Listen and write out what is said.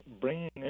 bringing